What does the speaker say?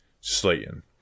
Slayton